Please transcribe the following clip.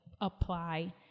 apply